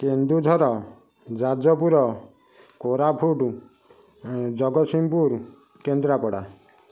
Keonjhar Jajpur Koraput Jagatsinghpur Kendrapara